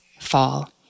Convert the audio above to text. fall